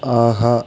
ஆஹா